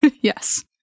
yes